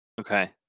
okay